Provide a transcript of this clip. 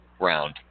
round